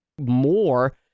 more